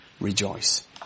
rejoice